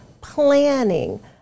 planning